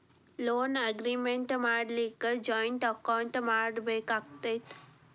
Loan agreement ಮಾಡ್ಲಿಕ್ಕೆ joint account ಮಾಡ್ಬೆಕಾಕ್ಕತೇ?